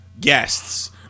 guests